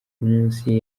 umunsi